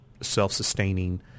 self-sustaining